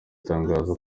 tangazo